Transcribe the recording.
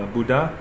Buddha